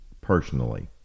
personally